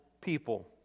people